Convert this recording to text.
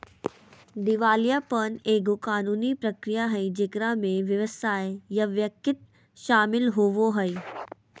दिवालियापन एगो कानूनी प्रक्रिया हइ जेकरा में व्यवसाय या व्यक्ति शामिल होवो हइ